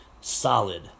solid